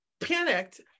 panicked